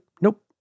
Nope